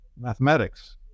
mathematics